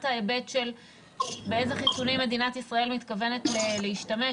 ההיבט של באיזה חיסונים מדינת ישראל מתכוונת להשתמש,